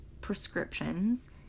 prescriptions